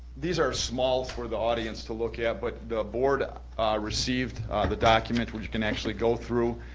these are small for the audience to look at, but the board ah received the document where you can actually go through,